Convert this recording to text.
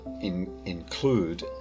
include